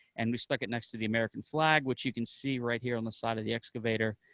and we stuck it next to the american flag, which you can see right here on the side of the excavator,